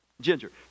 Ginger